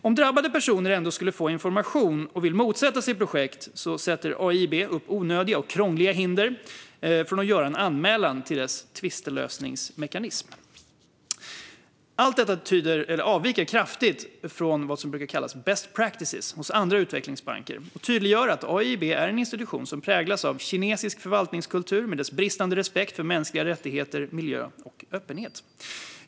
Om drabbade personer ändå skulle få information och vill motsätta sig projekt sätter AIIB upp onödiga och krångliga hinder för att göra en anmälan till dess tvistlösningsmekanism. Allt detta avviker kraftigt från vad som brukar kallas best practices hos andra utvecklingsbanker och tydliggör att AIIB är en institution som präglas av kinesisk förvaltningskultur med dess bristande respekt för mänskliga rättigheter, miljö och öppenhet.